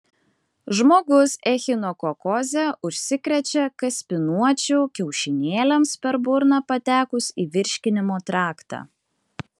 žmogus echinokokoze užsikrečia kaspinuočių kiaušinėliams per burną patekus į virškinimo traktą